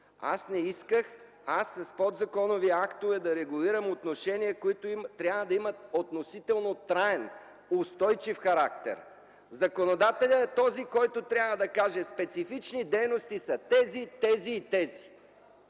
Аз не исках с подзаконови актове да регулирам отношения, които трябва да имат относително траен, устойчив характер. Законодателят е този, който трябва да каже – специфични дейности са тези, тези и тези